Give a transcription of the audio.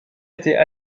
étaient